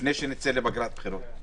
לפני שנצא לפגרת בחירות.